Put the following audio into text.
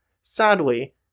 Sadly